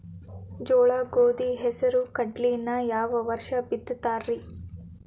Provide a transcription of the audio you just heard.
ಜೋಳ, ಗೋಧಿ, ಹೆಸರು, ಕಡ್ಲಿನ ಯಾವ ವರ್ಷ ಬಿತ್ತತಿರಿ?